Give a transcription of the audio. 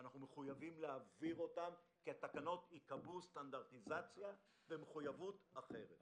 אנחנו מחויבים להעביר אותן כי התקנות יְקבעו סטנדרטיזציה ומחויבות אחרת.